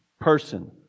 person